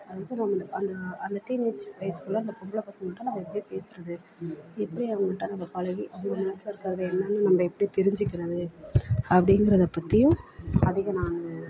அதுக்கப்புறம் அந்த அந்த டீனேஜ் வயதுக்குள்ள அந்த பொம்பளை பசங்கள்கிட்ட நம்ம எப்படி பேசுகிறது எப்படி அவங்கள்ட்ட நம்ம பழகி அவங்க மனசில் இருக்கிறது என்னென்னு நம்ம எப்படி தெரிஞ்சுக்கிறது அப்படிங்கிறத பற்றியும் அதிகம் நான்